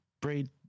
braid